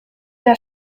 der